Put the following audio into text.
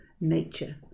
nature